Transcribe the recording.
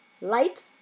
lights